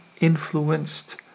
influenced